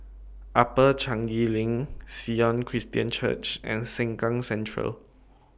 Upper Changi LINK Sion Christian Church and Sengkang Central